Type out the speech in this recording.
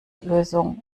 lösung